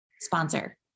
sponsor